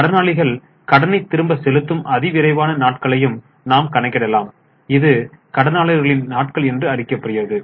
கடனாளிகள் கடனை திரும்ப செலுத்தும் அதிவிரைவான நாட்களையும் நாம் கணக்கிடலாம் இது கடனாளர்களின் நாட்கள் என்று அறியப்படுகிறது